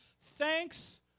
Thanks